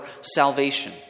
salvation